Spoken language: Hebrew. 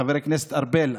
חבר הכנסת ארבל,